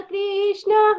Krishna